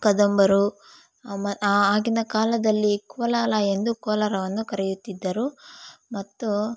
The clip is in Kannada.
ಕದಂಬರು ಅಮ ಆಗಿನ ಕಾಲದಲ್ಲಿ ಕೋಲಾಲ ಎಂದು ಕೋಲಾರವನ್ನು ಕರೆಯುತ್ತಿದ್ದರು ಮತ್ತು